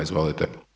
Izvolite.